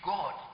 God